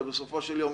ובסופו של יום,